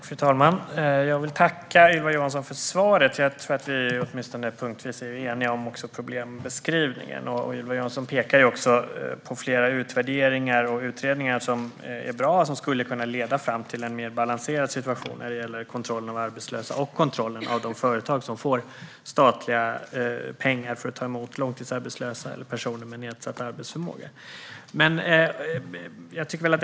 Fru talman! Jag vill tacka Ylva Johansson för svaret. Vi är eniga åtminstone punktvis om problembeskrivningen. Ylva Johansson pekar också på flera utvärderingar och utredningar som skulle kunna leda fram till en mer balanserad situation när det gäller kontroll av arbetslösa och av de företag som får statliga pengar för att ta emot långtidsarbetslösa eller personer med nedsatt arbetsförmåga.